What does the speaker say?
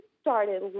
started